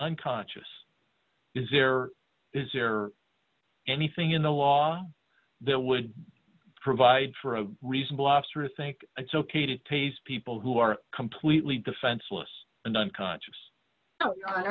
unconscious is there is there anything in the law that would provide for a reason blaster think it's ok to tase people who are completely defenseless and unconscious